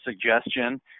suggestion